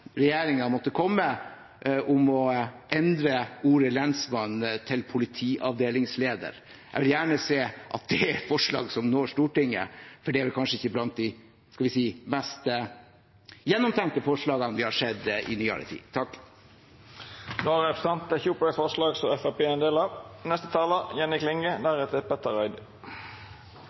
om å endre ordet «lensmann» til «politiavdelingsleder» måtte komme. Jeg vil gjerne se at det er et forslag som når Stortinget, for det er vel kanskje ikke blant de mest gjennomtenkte forslagene vi har sett i nyere tid.